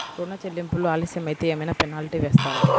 ఋణ చెల్లింపులు ఆలస్యం అయితే ఏమైన పెనాల్టీ వేస్తారా?